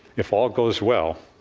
if all goes well,